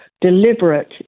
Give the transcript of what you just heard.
deliberate